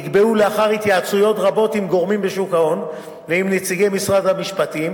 לאחר התייעצויות רבות עם גורמים בשוק ההון ועם נציגי משרד המשפטים,